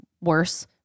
worse